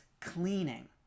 cleaning